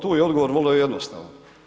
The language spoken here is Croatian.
Tu je odgovor vrlo jednostavan.